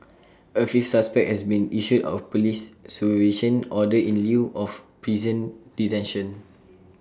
A fifth suspect has been issued A Police supervision order in lieu of prison detention